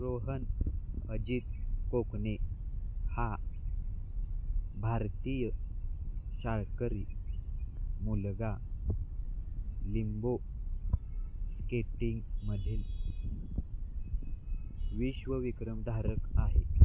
रोहन अजित कोकणे हा भारतीय शाळकरी मुलगा लिंबो स्केटिंग मधील विश्वविक्रमधारक आहे